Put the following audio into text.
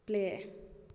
play